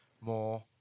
more